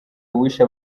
uwishe